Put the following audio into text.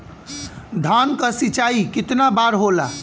धान क सिंचाई कितना बार होला?